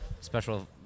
special